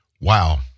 Wow